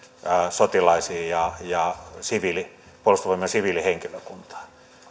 sotilaisiin ja ja puolustusvoimien siviilihenkilökuntaan